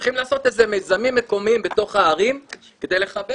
צריכים לעשות מיזמים מקומיים בתוך הערים כדי לחבר